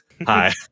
Hi